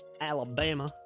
Alabama